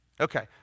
Okay